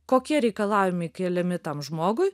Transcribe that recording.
kokie reikalavimai keliami tam žmogui